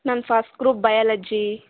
ma'am first group biology